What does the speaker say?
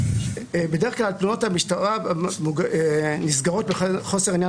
בדרך כלל התלונות למשטרה נסגרות בגלל חוסר עניין